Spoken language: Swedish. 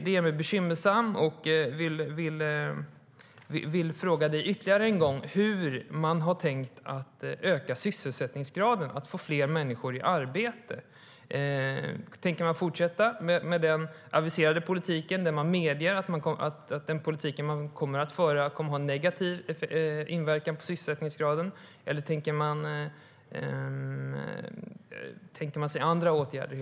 Det gör mig bekymrad, och jag vill därför fråga Anna-Caren Sätherberg ytterligare en gång hur man tänkt öka sysselsättningsgraden och få fler människor i arbete. Tänker man fortsätta med den aviserade politiken där man medger att den kommer att ha en negativ inverkan på sysselsättningsgraden, eller tänker man sig helt enkelt andra åtgärder?